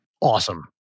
awesome